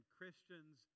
Christians